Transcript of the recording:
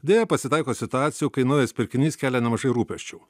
deja pasitaiko situacijų kai naujas pirkinys kelia nemažai rūpesčių